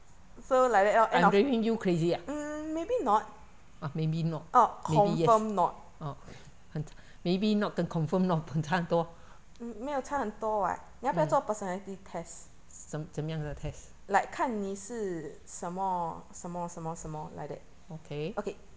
I'm driving you crazy ah !huh! maybe not maybe yes orh 很 maybe not 跟 confirm not 很差很多 mm 怎怎样的:zen zen yang test okay